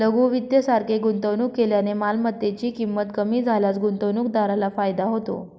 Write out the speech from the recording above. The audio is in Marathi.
लघु वित्त सारखे गुंतवणूक केल्याने मालमत्तेची ची किंमत कमी झाल्यास गुंतवणूकदाराला फायदा होतो